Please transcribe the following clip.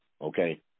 okay